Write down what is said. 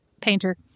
painter